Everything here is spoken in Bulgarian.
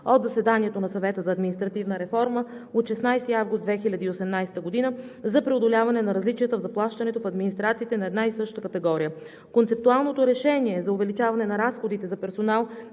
от заседанието на Съвета за административна реформа от 16 август 2018 г. за преодоляване на различията в заплащането в администрациите на една и съща категория. Концептуалното решение за увеличаване на разходите за персонал